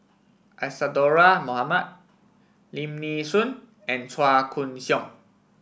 Isadhora Mohamed Lim Nee Soon and Chua Koon Siong